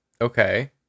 okay